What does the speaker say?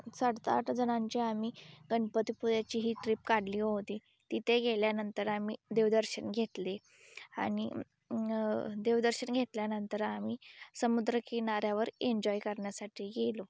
सातआठ जणांची आम्ही गणपतीपुळेची ही ट्रीप काढली होती तिथे गेल्यानंतर आम्ही देवदर्शन घेतले आणि देवदर्शन घेतल्यानंतर आम्ही समुद्र किनाऱ्यावर एंजॉय करण्यासाठी गेलो